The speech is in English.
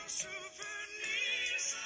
souvenirs